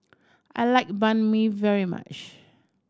I like Banh Mi very much